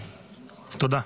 תודה,